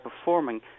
performing